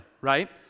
right